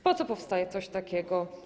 Po co powstaje coś takiego?